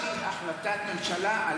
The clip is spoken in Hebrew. יש לך החלטת ממשלה שאני לא יכול להגיש בקשה?